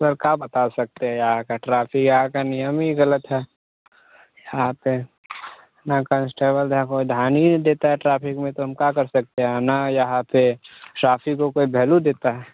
sir क्या बता सकते हैँ यहाँ का ट्राफि यहाँ का नियम ही ग़लत है यहाँ पर ना कन्सटेबल कोई ध्यान ही नहीं देता है ट्राफिक में तो हम क्या कर सकते हैँ ना यहाँ पर ट्राफिक को कोई भैलू देता है